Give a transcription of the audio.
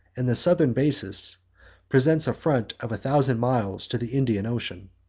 and the southern basis presents a front of a thousand miles to the indian ocean.